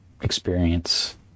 experience